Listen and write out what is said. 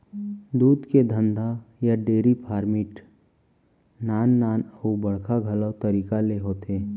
दूद के धंधा या डेरी फार्मिट नान नान अउ बड़का घलौ तरीका ले होथे